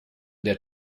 der